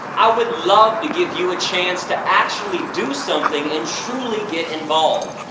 i would love to give you a chance to actually do something, and truly get involved!